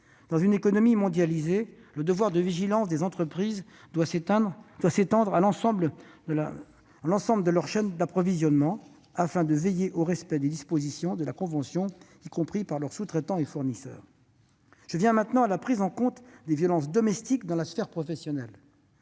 dans une économie mondialisée, le devoir de vigilance des entreprises doit s'étendre à l'ensemble de leur chaîne d'approvisionnement, afin de veiller au respect des dispositions de la convention, y compris par les sous-traitants et les fournisseurs. « J'en viens maintenant à la prise en compte des violences domestiques dans la sphère professionnelle.